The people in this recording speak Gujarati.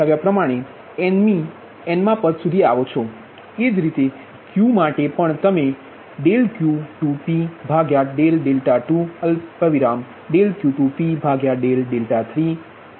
P3np માટે અને એ જ રીતે અહીં P3V2p P3V3p P3Vnp આ રીતે તમે nમી ટર્મ સુધી આવો છો